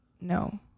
No